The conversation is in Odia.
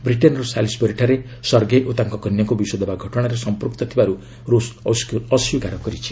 ବ୍ରିଟେନ୍ର ସାଲିସବରୀଠାରେ ଶେର୍ଗେଇ ଓ ତାଙ୍କ କନ୍ୟାଙ୍କୁ ବିଷ ଦେବା ଘଟଣାରେ ସଂପୃକ୍ତଥିବାରୁ ରୁଷ୍ ଅସ୍ୱୀକାର କରିଛି